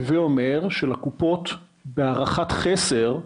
הווה אומר שבהערכת חסר,